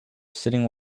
sitting